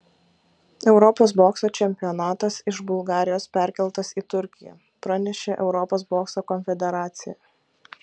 europos bokso čempionatas iš bulgarijos perkeltas į turkiją pranešė europos bokso konfederacija